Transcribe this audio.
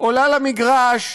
עולה למגרש,